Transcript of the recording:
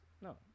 No